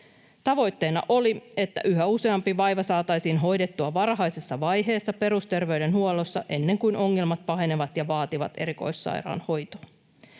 Tavoitteena oli, että yhä useampi vaiva saataisiin hoidettua varhaisessa vaiheessa perusterveydenhuollossa ennen kuin ongelmat pahenevat ja vaativat erikoissairaanhoitoa.